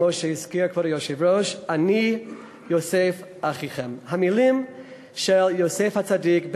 כמו שהזכיר כבר היושב-ראש: "אני יוסף אחיכם" המילים של יוסף הצדיק,